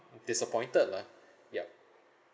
disappointed lah ya